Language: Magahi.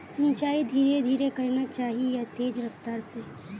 सिंचाई धीरे धीरे करना चही या तेज रफ्तार से?